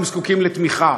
הם זקוקים לתמיכה.